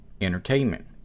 Entertainment